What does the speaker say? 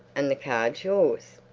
and the card's yours.